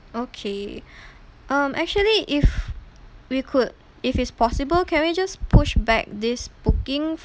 okay um actually if we could if it's possible can we just push back this booking